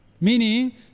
meaning